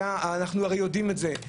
אנחנו יודעים את זה.